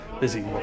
busy